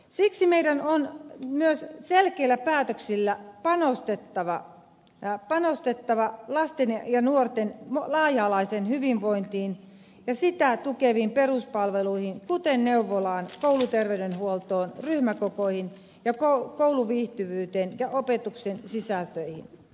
siksi meidän on myös selkeillä päätöksillä panostettava lasten ja nuorten laaja alaiseen hyvinvointiin ja sitä tukeviin peruspalveluihin kuten neuvolaan kouluterveydenhuoltoon ryhmäkokoihin ja kouluviihtyvyyteen ja opetuksen sisältöihin